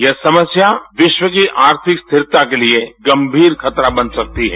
यह समस्या विश्व की आर्थिक स्थिरता के लिए गंभीर खतरा बन सकती है